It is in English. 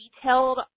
detailed